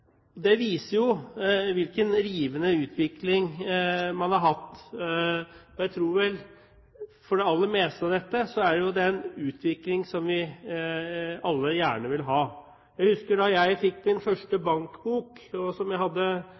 Dette viser altså hvilken rivende utvikling man har hatt. Og jeg tror det aller meste av dette er en utvikling vi alle gjerne vil ha. Jeg husker da jeg fikk min første bankbok, som jeg hadde